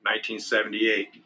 1978